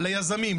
ליזמים,